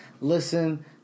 Listen